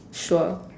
sure